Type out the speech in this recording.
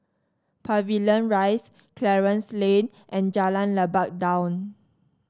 Pavilion Rise Clarence Lane and Jalan Lebat Daun